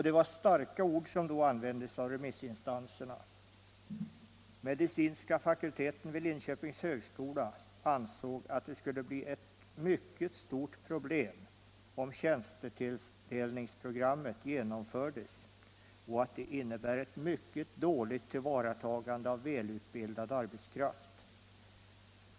Det var starka ord som då användes av remissinstanserna: Medicinska fakulteten vid Linköpings högskola ansåg att det skulle bli ett mycket stort problem, om tjänstetilldelningsprogrammet genomfördes och att det innebär ett mycket dåligt tillvaratagande av välutbildad arbetskraft.